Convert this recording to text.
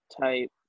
type